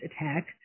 attack